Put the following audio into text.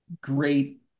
great